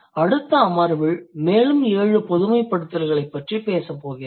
அடுத்த அமர்வில் மேலும் 7 பொதுமைப்படுத்துதல்களைப் பற்றி பேசப் போகிறேன்